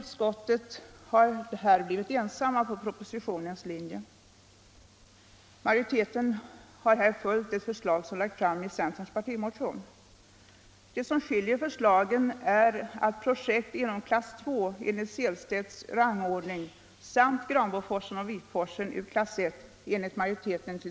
Till detta avsnitt knyter folkpartireservationerna 2, 3 och 5 an. Den första innebär i sak att man argumenterar för att viss ny teknik — värmepumpar, ackumulerande värmesystem och solenergifångare — skall täckas av prototypprogrammet.